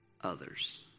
others